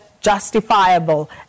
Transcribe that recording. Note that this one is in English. justifiable